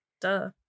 Duh